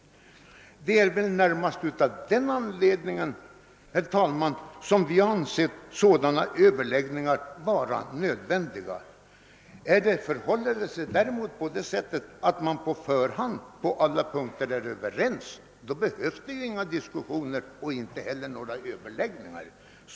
Det är väl närmast av den anledningen, herr talman, som vi ansett sådana överläggningar vara nödvändiga, eller förhåller det sig på det sättet att man på förhand är överens på alla punkter? Då behövs inga diskussioner och inte heller några överläggningar.